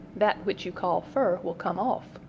that which you call fur will come off.